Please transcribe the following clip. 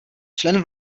člen